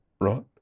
right